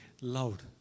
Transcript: loud